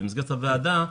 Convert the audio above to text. במסגרת הוועדה,